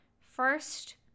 first